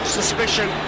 suspicion